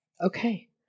Okay